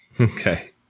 okay